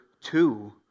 two